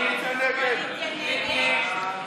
ההסתייגות (19) של קבוצת חבר הכנסת